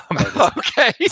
okay